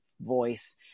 voice